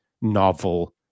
novel